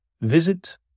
visit